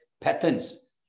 patterns